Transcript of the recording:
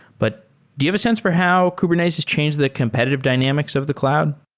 but do you have a sense for how kubernetes has changed the competitive dynamics of the cloud?